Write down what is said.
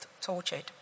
tortured